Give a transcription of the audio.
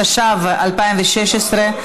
התשע"ו 2016,